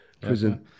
prison